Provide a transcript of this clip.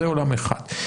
זה עולם אחד.